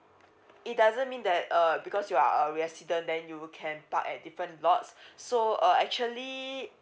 it doesn't mean that uh because you are a resident then you can park at different lots so uh actually uh